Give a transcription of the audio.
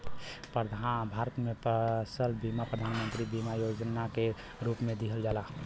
भारत में फसल बीमा प्रधान मंत्री बीमा योजना के रूप में दिहल जाला